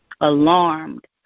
alarmed